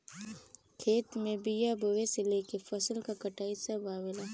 खेत में बिया बोये से लेके फसल क कटाई सभ आवेला